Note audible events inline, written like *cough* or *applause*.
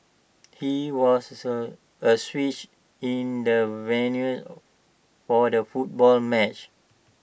he was *unintelligible* A switch in the venue for the football match